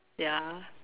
ya